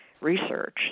research